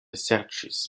serĉis